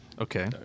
Okay